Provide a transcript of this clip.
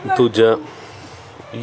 ਦੂਜਾ ਵੀ